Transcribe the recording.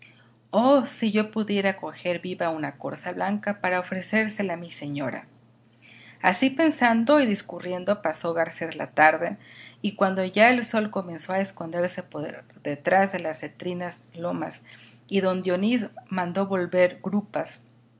oh si yo pudiese coger viva una corza blanca para ofrecérsela a mi señora así pensando y discurriendo pasó garcés la tarde y cuando ya el sol comenzó a esconderse por detrás de las cetrinas lomas y don dionís mandó volver grupas